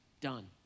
done